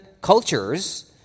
cultures